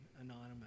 anonymous